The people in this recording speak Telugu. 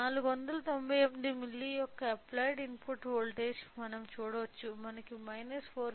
498 మిల్లీ యొక్క అప్లైడ్ ఇన్పుట్ వోల్టేజ్ మనం చూడవచ్చు మనకు 4